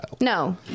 No